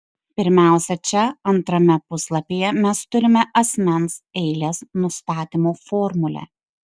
pirmiausia čia antrame puslapyje mes turime asmens eilės nustatymo formulę